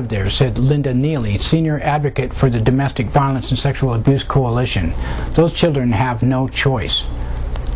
of there said linda neely senior advocate for the domestic violence and sexual abuse coalition those children have no choice